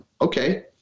Okay